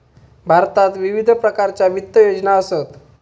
भारतात विविध प्रकारच्या वित्त योजना असत